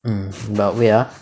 mm but wait ah mm ah